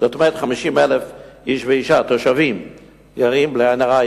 דווקא הפעם אני חושבת שיש לי בשורה,